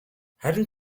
харин